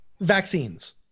vaccines